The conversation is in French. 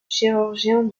chirurgien